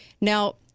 Now